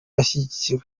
ashyigikiwe